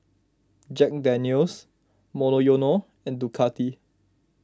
Jack Daniel's Monoyono and Ducati